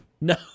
No